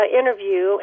interview